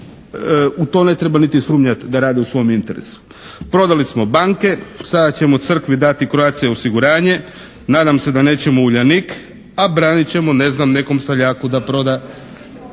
u to ne treba niti sumnjati da rade u svom interesu. Prodali smo banke, sada ćemo crkvi dati Croatia osiguranje, nadam se da nećemo Uljanik, a branit ćemo ne znam nekom seljaku da proda…